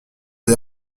des